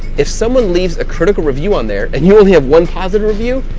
if someone leaves a critical review on their and you only have one positive review,